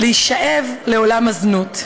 להישאב לעולם הזנות,